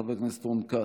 חבר הכנסת רון כץ,